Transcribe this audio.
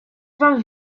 wam